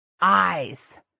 eyes